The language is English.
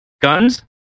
guns